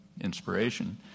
inspiration